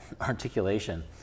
articulation